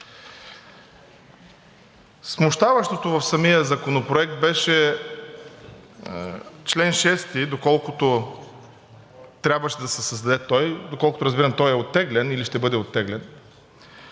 Смущаващото в самия законопроект беше чл. 6, доколкото трябваше да се създаде той – доколкото разбирам, той е оттеглен, или ще бъде оттеглен